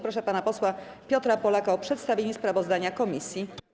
Proszę pana posła Piotra Polaka o przedstawienie sprawozdania komisji.